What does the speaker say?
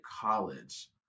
college